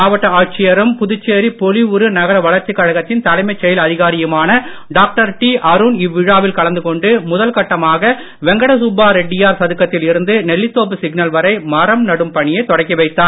மாவட்ட ஆட்சியரும் புதுச்சேரி பொலிவுறு நகர வளர்ச்சிக் கழகத்தின் தலைமைச் செயல் அதிகாரியுமான டாக்டர் அருண் இவ்விழாவில் கலந்து கொண்டு முதல் கட்டமாக வெங்கடசுப்பா ரெட்டியார் சதுக்கத்தில் இருந்து நெல்லிதோப்பு சிக்னல் வரை மரம் நடும் பணியை தொடக்கி வைத்தார்